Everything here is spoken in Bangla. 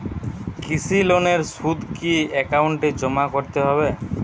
কৃষি লোনের সুদ কি একাউন্টে জমা করতে হবে?